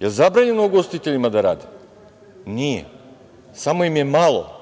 je zabranjeno ugostiteljima da rade? Nije. Samo im je malo,